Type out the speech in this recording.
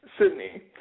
Sydney